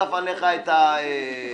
חטף עליך את הג'נאנה